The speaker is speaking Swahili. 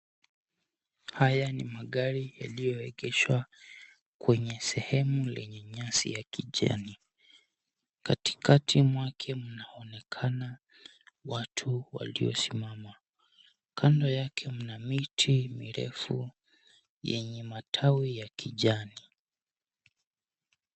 Haya ni magari ilioegeshwa kwenye sehemu lenye nyazi ya kijani. Katikati mwake mnaonekana watu waliosimama. Kando yake mna miti mirefu enye matawi ya kijani.